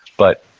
but